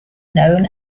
known